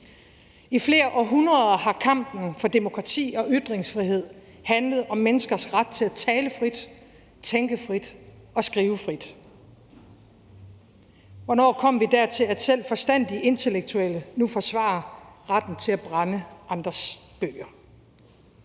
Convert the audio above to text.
I flere århundreder har kampen for demokrati og ytringsfrihed handlet om menneskers ret til at tale frit, tænke frit og skrive frit. Hvornår kom vi dertil, at selv forstandige intellektuelle nu forsvarer retten til at brænde andres bøger?